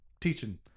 Teaching